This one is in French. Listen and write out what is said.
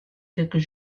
quelques